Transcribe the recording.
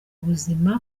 ubuzima